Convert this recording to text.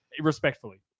Respectfully